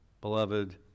beloved